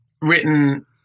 written